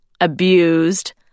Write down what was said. abused